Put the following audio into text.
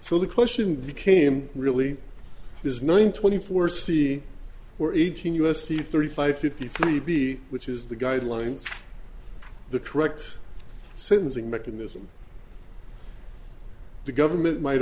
so the question became really is nine twenty four c or eighteen u s c thirty five fifty three b which is the guidelines the correct sentencing mechanism the government might